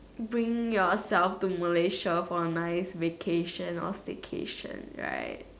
bring yourself to Malaysia for a nice vacation or staycation right